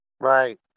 Right